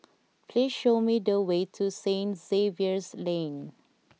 please show me the way to St Xavier's Lane